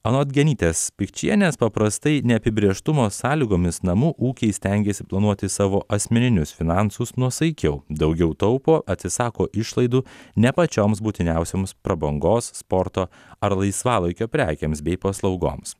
anot genytės pikčienės paprastai neapibrėžtumo sąlygomis namų ūkiai stengiasi planuoti savo asmeninius finansus nuosaikiau daugiau taupo atsisako išlaidų ne pačioms būtiniausioms prabangos sporto ar laisvalaikio prekėms bei paslaugoms